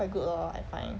quite good lor I find